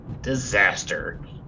disaster